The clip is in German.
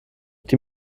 die